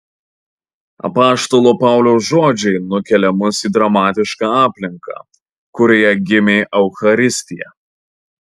apaštalo pauliaus žodžiai nukelia mus į dramatišką aplinką kurioje gimė eucharistija